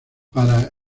para